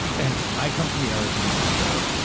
and i come from the era of the internet where,